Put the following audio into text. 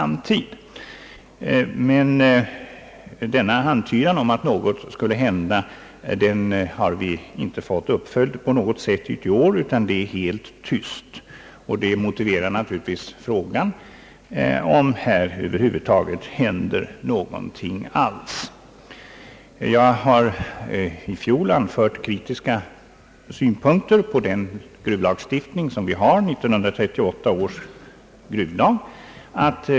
Men denna antydan om att något skulle hända har vi inte fått uppföljd på något sätt i år, utan det är tyst om detta. Det motiverar naturligtvis frågan om det här över huvud taget händer någonting alls? Jag har i fjol anfört kritiska synpunkter på den gruvlagstiftning som vi har, nämligen 1938 års gruvlag.